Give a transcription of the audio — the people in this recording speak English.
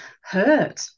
hurt